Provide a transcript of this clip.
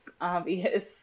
obvious